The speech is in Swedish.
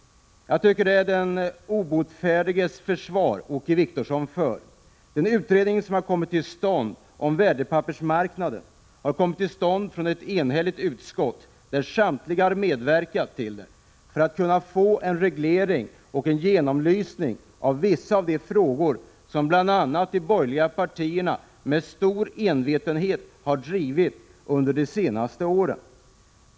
Jag tycker det är den obotfärdiges försvar, Åke Wictorsson. Initiativet till den utredning som kommit till stånd om värdepappersmarknaden kommer från ett enhälligt utskott, där samtliga har medverkat för att få en reglering och genomlysning av vissa av de frågor som bl.a. de borgerliga partierna med stor envetenhet har drivit under de senaste åren.